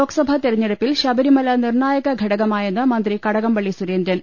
ലോക്സഭാ തെരഞ്ഞെടുപ്പിൽ ശബരിമല നിർണായക ഘട കമായെന്ന് മന്ത്രി കടകംപള്ളി സുരേന്ദ്രൻ